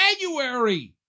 January